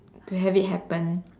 to have it happen